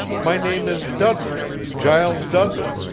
my name is dudley giles dudley.